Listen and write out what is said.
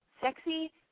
sexy